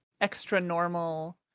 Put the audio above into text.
extra-normal